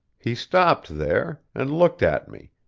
he stopped there, and looked at me,